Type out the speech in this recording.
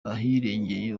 ahirengeye